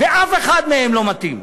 ואף אחד מהם לא מתאים.